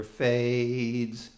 fades